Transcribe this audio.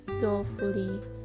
dolefully